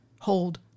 hold